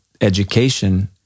education